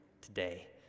today